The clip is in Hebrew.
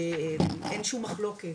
אין שום מחלוקת,